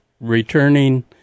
returning